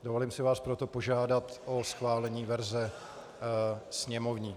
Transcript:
Dovolím si vás proto požádat o schválení verze sněmovní.